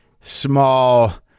small